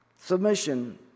Submission